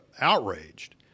outraged